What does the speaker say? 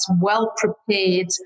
well-prepared